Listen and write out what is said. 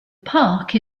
park